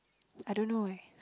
I don't know eh